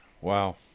Wow